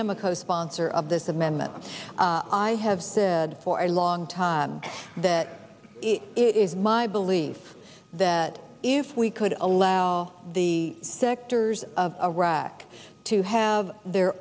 am a co sponsor of this amendment and i have said for a long time that it is my belief that if we could allow the sectors of iraq to have their